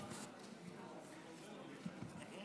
אני,